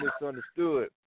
misunderstood